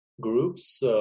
groups